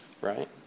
right